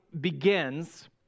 begins